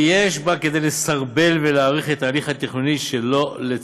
כי יש בה כדי לסרבל ולהאריך את ההליך התכנוני שלא לצורך.